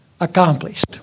Accomplished